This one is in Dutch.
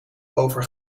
over